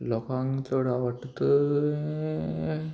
लोकांक चड आवडटा थंय